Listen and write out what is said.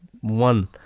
one